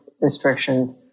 restrictions